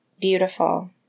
beautiful